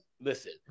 listen